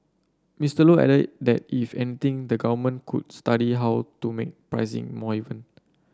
Mister Low added that if anything the government could study how to make pricing more even